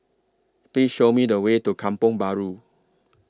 Please Show Me The Way to Kampong Bahru